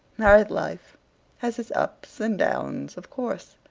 married life has its ups and downs, of course.